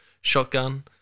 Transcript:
shotgun